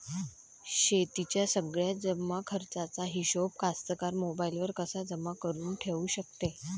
शेतीच्या सगळ्या जमाखर्चाचा हिशोब कास्तकार मोबाईलवर कसा जमा करुन ठेऊ शकते?